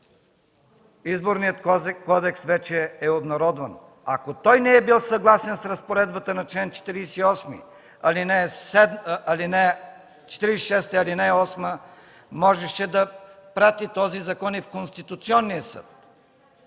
Изборният кодекс вече е обнародван. Ако той не е бил съгласен с разпоредбата на чл. 46, ал. 8, можеше да прати този закон в Конституционния съд.